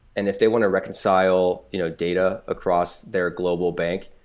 and if they want to reconcile you know data across their global bank,